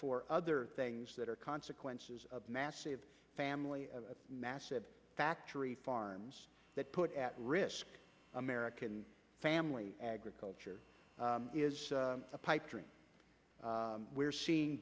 for other things that are consequences of massive family massive factory farms that put at risk american family agriculture is a pipe dream we're seeing